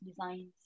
designs